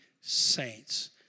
saints